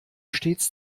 stets